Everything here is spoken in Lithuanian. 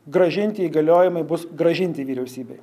grąžinti įgaliojimai bus grąžinti vyriausybei